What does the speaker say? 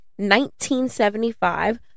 1975